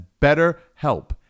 BetterHelp